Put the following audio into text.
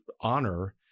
honor